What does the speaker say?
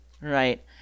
Right